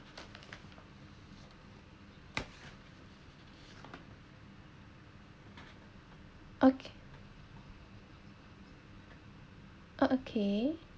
okay okay